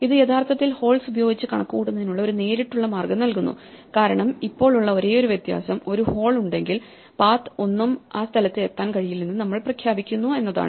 ഇത് യഥാർത്ഥത്തിൽ ഹോൾസ് ഉപയോഗിച്ച് കണക്കുകൂട്ടുന്നതിനുള്ള ഒരു നേരിട്ടുള്ള മാർഗ്ഗം നൽകുന്നു കാരണം ഇപ്പോൾ ഉള്ള ഒരേയൊരു വ്യത്യാസം ഒരു ഹോൾ ഉണ്ടെങ്കിൽ പാത്ത് ഒന്നും ആ സ്ഥലത്ത് എത്താൻ കഴിയില്ലെന്ന് നമ്മൾ പ്രഖ്യാപിക്കുന്നു എന്നതാണ്